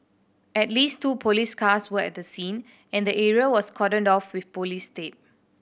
at least two police cars were at the scene and the area was cordoned off with police tape